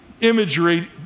imagery